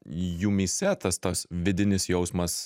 jumyse tas tas vidinis jausmas